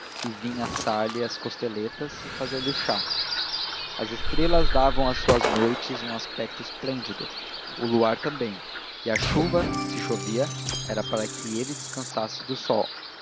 e vir assar lhe as costeletas e fazer-lhe o chá as estrelas davam às suas noites um aspecto esplêndido o luar também e a chuva se chovia era para que ele descansasse do sol